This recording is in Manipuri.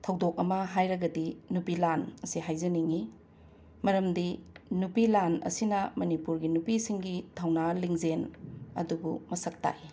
ꯊꯧꯗꯣꯛ ꯑꯃ ꯍꯥꯏꯔꯒꯗꯤ ꯅꯨꯄꯤ ꯂꯥꯟ ꯑꯁꯦ ꯍꯥꯏꯖꯅꯤꯡꯉꯤ ꯃꯔꯝꯗꯤ ꯅꯨꯄꯤ ꯂꯥꯟ ꯑꯁꯤꯅ ꯃꯅꯤꯄꯨꯔꯒꯤ ꯅꯨꯄꯤꯁꯤꯡꯒꯤ ꯊꯧꯅꯥ ꯂꯤꯡꯖꯦꯜ ꯑꯗꯨꯕꯨ ꯃꯁꯛ ꯇꯥꯛꯏ